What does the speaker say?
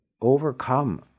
overcome